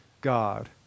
God